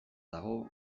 dago